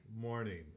Morning